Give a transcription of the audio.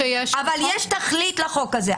אבל יש תכלית לחוק הזה.